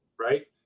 right